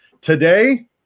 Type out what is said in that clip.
Today